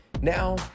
Now